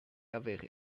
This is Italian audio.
aver